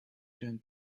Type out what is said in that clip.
term